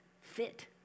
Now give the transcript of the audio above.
fit